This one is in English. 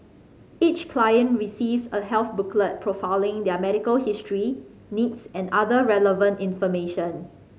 each client receives a health booklet profiling their medical history needs and other relevant information